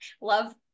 love